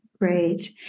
Great